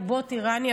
בוט איראני,